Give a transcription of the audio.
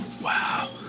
Wow